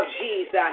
Jesus